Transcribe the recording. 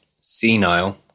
senile